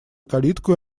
калиткою